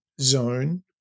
zone